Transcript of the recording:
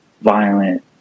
violent